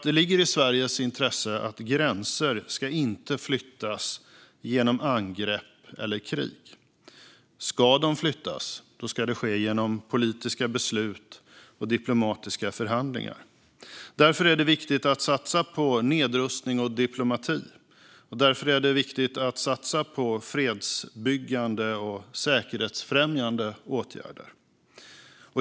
Det ligger i Sveriges intresse att gränser inte ska flyttas genom angrepp eller krig. Ska de flyttas ska det ske genom politiska beslut och diplomatiska förhandlingar. Därför är det viktigt att satsa på nedrustning och diplomati, och därför är det viktigt att satsa på fredsbyggande och säkerhetsfrämjande åtgärder.